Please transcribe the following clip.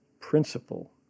principle